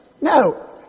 No